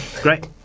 Great